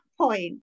point